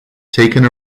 taken